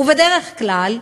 ובדרך כלל,